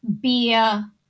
beer